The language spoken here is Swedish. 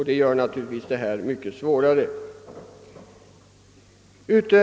Det gör naturligtvis problemen svårare att lösa.